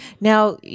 Now